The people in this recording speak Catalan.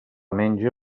menja